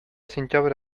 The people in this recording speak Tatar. сентябрь